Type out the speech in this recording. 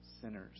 sinners